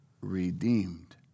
redeemed